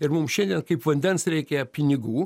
ir mum šiandien kaip vandens reikia pinigų